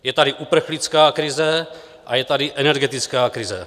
Je tady uprchlická krize a je tady energetická krize.